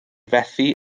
fethu